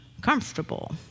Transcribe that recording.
comfortable